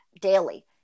daily